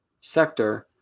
sector